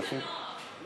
אדוני היושב-ראש,